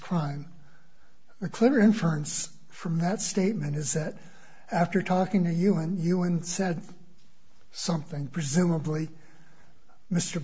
the clear inference from that statement is that after talking to you and you and said something presumably mr